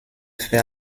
fait